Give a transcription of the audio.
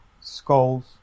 Skulls